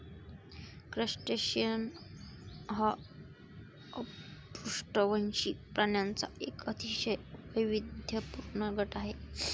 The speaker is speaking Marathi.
क्रस्टेशियन हा अपृष्ठवंशी प्राण्यांचा एक अतिशय वैविध्यपूर्ण गट आहे